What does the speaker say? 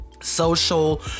social